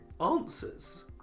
answers